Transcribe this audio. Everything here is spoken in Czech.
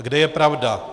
A kde je pravda?